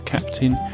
Captain